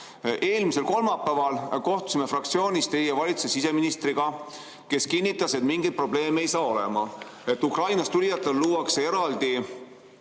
Eelmisel kolmapäeval kohtusime fraktsioonis teie valitsuse siseministriga, kes kinnitas, et mingeid probleeme ei saa olema, et Ukrainast tulijatele luuakse eraldi